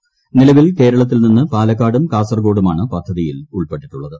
നിന്ന് നിലവിൽ കേരളത്തിൽ പാലക്കാടും കാസർകോടുമാണ് പദ്ധതിയിൽ ഉൾപ്പെട്ടിട്ടുള്ളത്